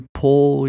pull